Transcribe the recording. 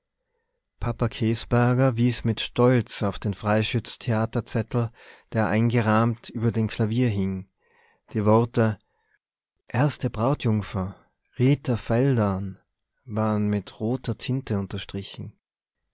käsberger wies mit stolz auf den freischütz theaterzettel der eingerahmt über dem klavier hing die worte erste brautjungfer rita veldern waren mit roter tinte unterstrichen